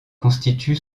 constitue